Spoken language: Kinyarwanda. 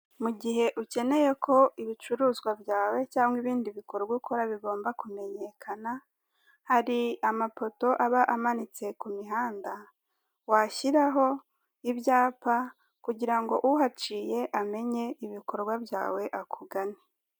Mu gihe ukeneye ko ibicuruzwa byawe cyangwa ibindi bikorwa ukora bigomba kumenyekana; hari amapoto aba amanitse ku mihanda; washyiraho ibyapa kugira ngo uhaciye amenye ibikorwa byawe akugane.